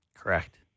Correct